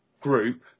group